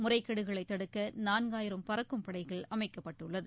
முறைகேடுகளைத் தடுக்க நான்காயிரம் பறக்கும் படைகள் அமைக்கப்பட்டுள்ளது